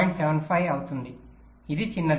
75 అవుతుంది ఇది చిన్నది